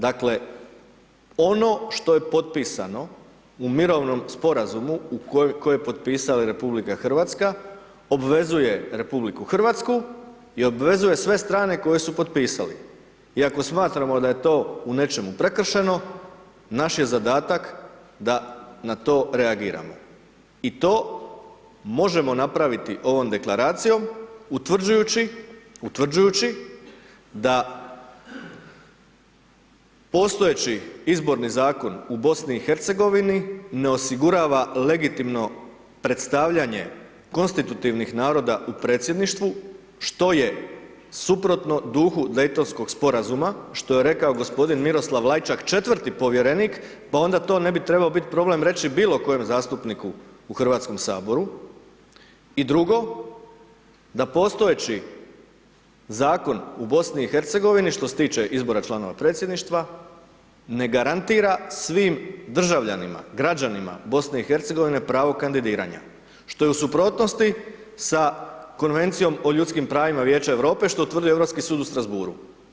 Dakle, ono što je potpisano u mirovnom Sporazumu koje je potpisao i RH, obvezuje RH i obvezuje sve strane koji su potpisali i ako smatramo da je to u nečemu prekršeno, naš je zadatak da na to reagiramo i to možemo napraviti ovom Deklaracijom utvrđujući da postojeći izborni Zakon u BiH ne osigurava legitimno predstavljanje konstitutivnih naroda u predsjedništvu, što je suprotno duhu Dejtonskog Sporazuma, što je rekao gospodin Miroslav Lajčak, četvrti povjerenik, pa onda to ne bi trebao biti problem reći bilo kojem zastupniku u HS-u i drugo, da postojeći Zakon u BiH što se tiče izbora članova predsjedništva, ne garantira svim državljanima, građanima BiH, pravo kandidiranja, što je u suprotnosti sa Konvencijom o ljudskim pravima Vijeća Europa, što tvrdi europski sud u Strasbourgu.